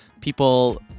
people